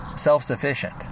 self-sufficient